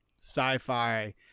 sci-fi